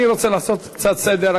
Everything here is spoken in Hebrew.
אני רוצה לעשות קצת סדר.